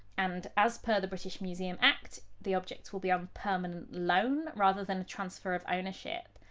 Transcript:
and as per the british museum act, the objects will be on permanent loan rather than a transfer of ownership.